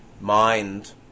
mind